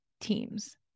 teams